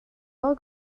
all